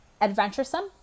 adventuresome